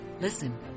listen